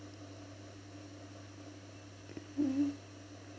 mm